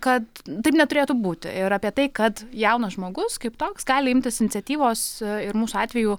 kad taip neturėtų būti ir apie tai kad jaunas žmogus kaip toks gali imtis iniciatyvos ir mūsų atveju